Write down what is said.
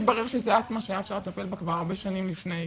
התברר שזה אסטמה שהיה אפשר לטפל בה כבר הרבה שנים לפני.